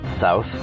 south